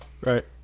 Right